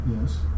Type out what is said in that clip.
Yes